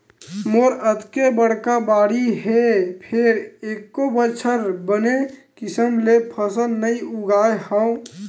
मोर अतेक बड़का बाड़ी हे फेर एको बछर बने किसम ले फसल नइ उगाय हँव